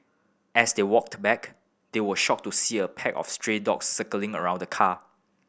as they walked back they were shocked to see a pack of stray dogs circling around the car